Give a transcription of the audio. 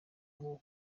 nko